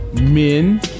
men